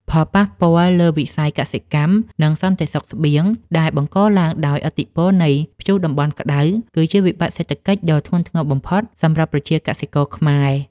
ផលប៉ះពាល់លើវិស័យកសិកម្ម និងសន្តិសុខស្បៀង ដែលបង្កឡើងដោយឥទ្ធិពលនៃព្យុះតំបន់ក្ដៅ គឺជាវិបត្តិសេដ្ឋកិច្ចដ៏ធ្ងន់ធ្ងរបំផុតសម្រាប់ប្រជាកសិករខ្មែរ។